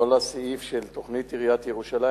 לכל הסעיף של תוכנית עיריית ירושלים